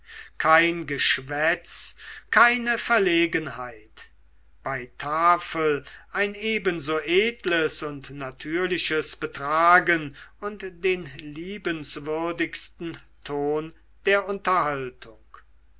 kein geschwätz keine verlegenheit bei tafel ein ebenso edles und natürliches betragen und den liebenswürdigsten ton der unterhaltung